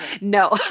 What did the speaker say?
no